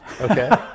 Okay